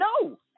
No